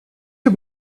you